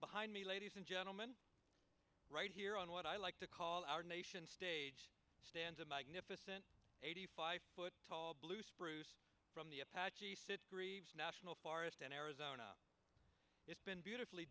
behind me ladies and gentleman right here on what i like to call our nation's stage stands a magnificent eighty five foot tall blue spruce from the apache sitgreaves national forest in arizona it's been beautifully